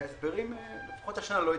ההסברים האלה לפחות השנה לא התקבלו.